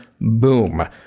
Boom